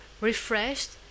refreshed